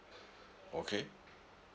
okay